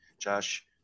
Josh